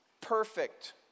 perfect